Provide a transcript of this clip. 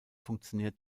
funktionär